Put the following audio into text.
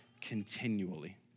continually